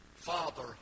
father